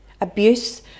Abuse